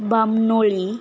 Bamnoli